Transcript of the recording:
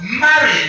married